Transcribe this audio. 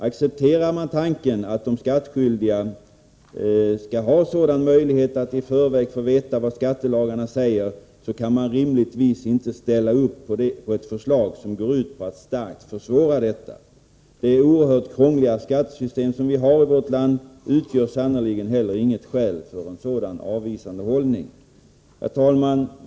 Accepterar man tanken att de skattskyldiga skall ha möjlighet att i förväg få veta vad skattelagarna säger, kan man rimligtvis inte ställa upp på ett förslag som går ut på att starkt försvåra detta. Det oerhört krångliga skattesystem som vi har i vårt land utgör sannerligen heller inget skäl för en sådan avvisande hållning. Herr talman!